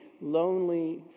lonely